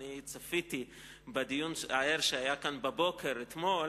וצפיתי בדיון הער שהיה כאן בבוקר אתמול